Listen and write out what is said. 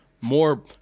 more